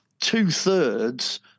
two-thirds